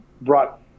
brought